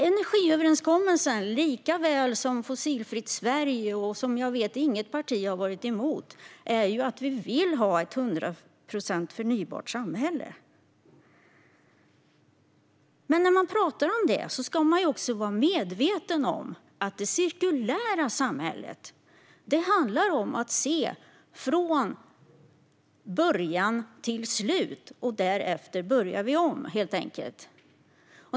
Energiöverenskommelsen likaväl som ett fossilfritt Sverige, som såvitt jag vet inget parti har varit emot, innebär ju att vi vill ha ett 100 procent förnybart samhälle. Men man ska också vara medveten om att det cirkulära samhället handlar om att se från början till slutet, och därefter börjar vi om, helt enkelt.